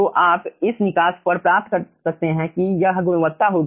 तो आप इस निकास पर प्राप्त कर सकते हैं कि यह गुणवत्ता होगी